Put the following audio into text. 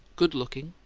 good-looking,